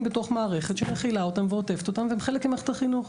בתוך מערכת שמכילה אותם ועוטפת אותם והם חלק ממערכת החינוך.